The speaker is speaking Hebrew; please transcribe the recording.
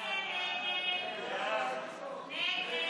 הצבעה.